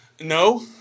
no